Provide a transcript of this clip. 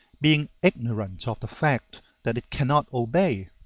being ignorant of the fact that it cannot obey.